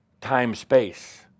time-space